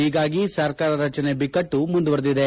ಓಗಾಗಿ ಸರ್ಕಾರ ರಚನೆ ಬಿಕ್ಕಟ್ಟು ಮುಂದುವರೆದಿದೆ